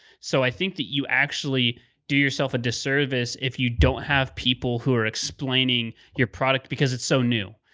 so i think that you actually do yourself a disservice if you don't have people who are explaining your product because it's so new.